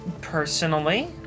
Personally